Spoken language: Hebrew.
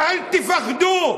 תקשיבו טוב,